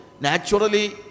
naturally